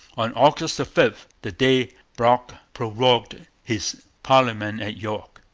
on august five, the day brock prorogued his parliament at york,